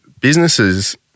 businesses